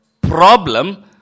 problem